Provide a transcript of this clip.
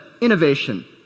innovation